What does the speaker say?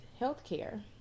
healthcare